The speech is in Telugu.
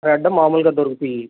రెడ్ మాములుగా దొరుకుతాయి